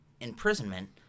imprisonment